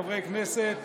חברי כנסת